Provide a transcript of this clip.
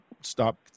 stop